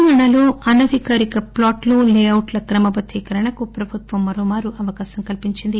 తెలంగాణాలో అనధికారిక ప్లాట్లు లేఅవుట్ల క్రమబద్దీకరణకు ప్రభుత్వం మరోమారు అవకాశం కల్పించింది